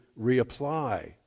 reapply